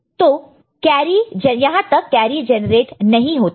तो कहां तक कैरी जेनरेट नहीं होता है